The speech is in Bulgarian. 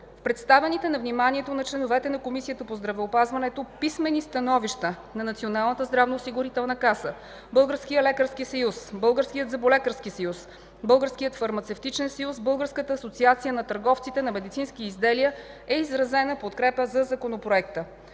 представените на вниманието на членовете на Комисията по здравеопазването писмени становища на Националната здравноосигурителна каса, Българския лекарски съюз, Българския зъболекарски съюз, Българския фармацевтичен съюз, Българска асоциация на търговците на медицински изделия е изразена подкрепа за Законопроекта.